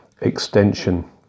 extension